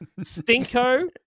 Stinko